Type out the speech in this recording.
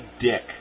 Dick